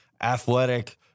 athletic